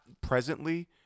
presently